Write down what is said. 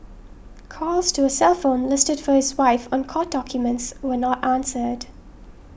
calls to a cell phone listed for his wife on court documents were not answered